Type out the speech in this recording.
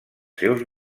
seus